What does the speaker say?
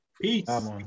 Peace